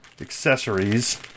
accessories